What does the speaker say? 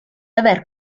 aver